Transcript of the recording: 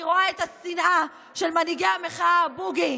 אני רואה את השנאה של מנהיגי המחאה בוגי,